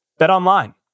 BetOnline